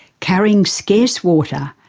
carrying scarce water,